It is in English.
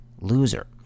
loser